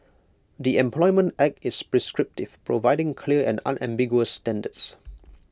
the employment act is prescriptive providing clear and unambiguous standards